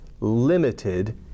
limited